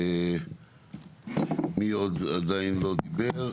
מי עדיין לא דיבר?